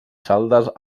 saldes